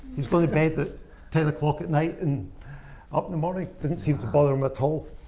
he was going to bed at ten o'clock at night and up in the morning. didn't seem to bother him at all.